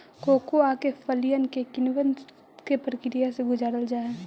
cocoa के फलियन के किण्वन के प्रक्रिया से गुजारल जा हई